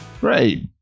Great